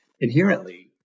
inherently